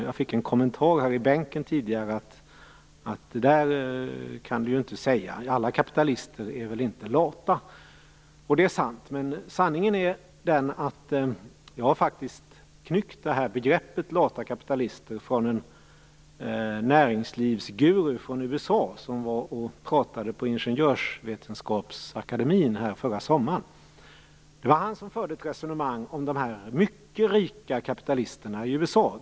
Jag fick en kommentar i bänken här tidigare om att så kan man inte säga; alla kapitalister är väl inte lata? Det är sant. Men sanningen är att jag har knyckt begreppet från en näringslivsguru från USA som var och pratade på Ingenjörsvetenskapsakademin förra sommaren. Det var han som förde ett resonemang om de mycket rika kapitalisterna i USA.